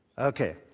Okay